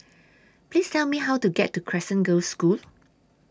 Please Tell Me How to get to Crescent Girls' School